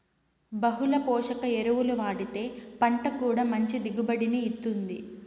బహుళ పోషక ఎరువులు వాడితే పంట కూడా మంచి దిగుబడిని ఇత్తుంది